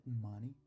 money